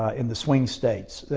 ah in the swing states.